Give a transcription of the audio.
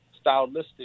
stylistic